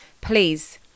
Please